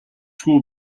хүү